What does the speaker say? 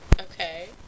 okay